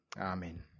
Amen